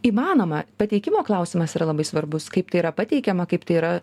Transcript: įmanoma pateikimo klausimas yra labai svarbus kaip tai yra pateikiama kaip tai yra